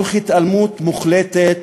תוך התעלמות מוחלטת,